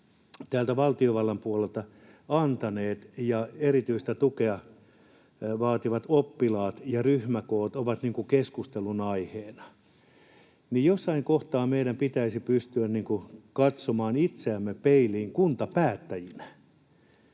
täältä valtiovallan puolelta antaneet, ja kun erityistä tukea vaativat oppilaat ja ryhmäkoot ovat keskustelunaiheena, niin jossain kohtaa meidän pitäisi pystyä katsomaan itseämme peilistä kuntapäättäjinä